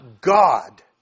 God